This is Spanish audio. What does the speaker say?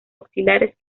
axilares